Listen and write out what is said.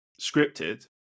scripted